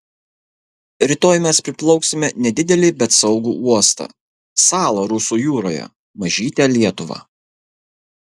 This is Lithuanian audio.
rytoj mes priplauksime nedidelį bet saugų uostą salą rusų jūroje mažytę lietuvą